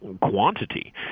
quantity